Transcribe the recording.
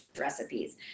recipes